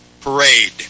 parade